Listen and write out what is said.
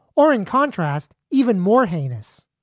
or, in contrast, even more heinous?